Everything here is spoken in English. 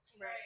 Right